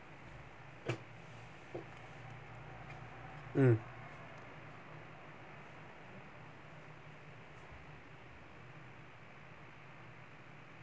mm